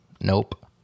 nope